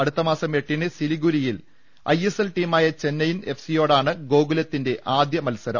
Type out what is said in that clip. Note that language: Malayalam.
അടുത്തമാസം എട്ടിന് സിലിഗുരിയിൽ ഐ എസ് എൽ ടീമായ ചെന്നൈയിൻ എഫ്സിയോടാണ് ഗ്രോകുലത്തിന്റെ ആദ്യമത്സരം